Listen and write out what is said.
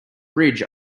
bridge